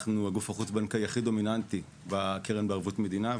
אנחנו הגוף החוץ-בנקאי הכי דומיננטי בקרן בערבות המדינה,